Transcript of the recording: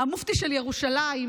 המופתי של ירושלים,